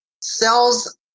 cells